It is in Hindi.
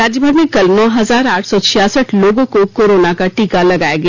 राज्य भर में कल नौ हजार आठ सौ छियासठ लोगों को कोरोना का टीका लगाया गया